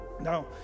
Now